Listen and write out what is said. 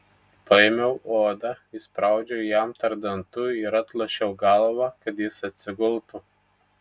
paėmiau odą įspraudžiau jam tarp dantų ir atlošiau galvą kad jis atsigultų